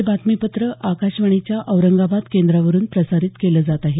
हे बातमीपत्र आकाशवाणीच्या औरंगाबाद केंद्रावरून प्रसारित केलं जात आहे